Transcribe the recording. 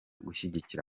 gushyigikira